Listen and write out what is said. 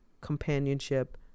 companionship